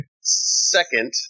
second